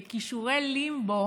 בכישורי לימבו